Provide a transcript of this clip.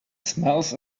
smells